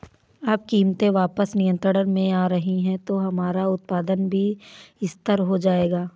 अब कीमतें वापस नियंत्रण में आ रही हैं तो हमारा उत्पादन भी स्थिर हो जाएगा